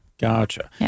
Gotcha